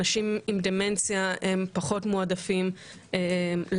אנשים עם דמנציה הם פחות מועדפים לעבודה.